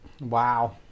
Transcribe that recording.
Wow